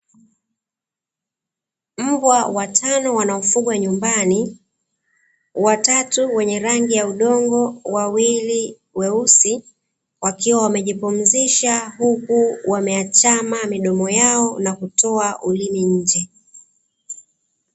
Mbwa watano wanaofugwa nyumbani, watatu wenye rangi ya udongo, wawili weusi wakiwa wamejipumzisha, huku wameachama midomo yao na kutoa ulimi nje.